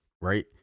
right